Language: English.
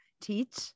teach